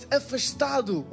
afastado